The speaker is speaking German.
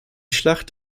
schlacht